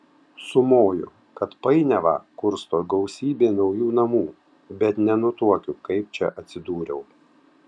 sumoju kad painiavą kursto gausybė naujų namų bet nenutuokiu kaip čia atsidūriau